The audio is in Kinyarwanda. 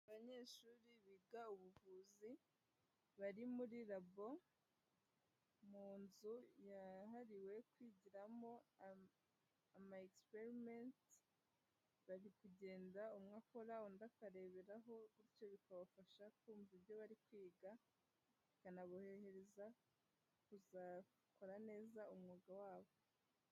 Abanyeshuri biga ubuvuzi, bari muri labo, mu nzu yahariwe kwigiramo ama experiments, bari kugenda umwe akora undi akareberaho, bityo bikabafasha kumva ibyo bari kwiga, bikanaborohereza kuzakora neza umwuga wabo.